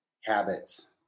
habits